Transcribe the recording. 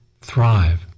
thrive